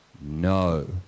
No